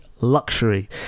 luxury